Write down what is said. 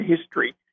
history